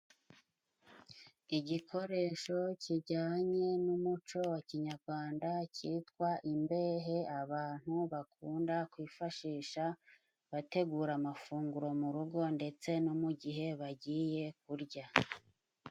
Igikoresho kijyanye n'umuco wa Kinyarwanda cyitwa imbehe abantu bakunda kwifashisha bategura amafunguro mu rugo ndetse no mu gihe bagiye kurya.